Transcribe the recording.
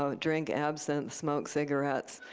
ah drink absinthe, smoke cigarettes,